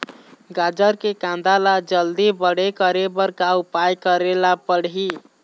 गाजर के कांदा ला जल्दी बड़े करे बर का उपाय करेला पढ़िही?